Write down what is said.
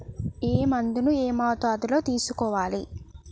ఏ మందును ఏ మోతాదులో తీసుకోవాలి?